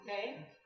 Okay